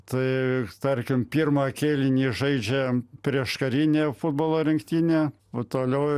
tai tarkim pirmą kėlinį žaidžia prieškarinė futbolo rinktinė o toliau